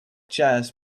jazz